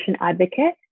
advocate